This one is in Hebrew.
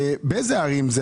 באילו ערים זה?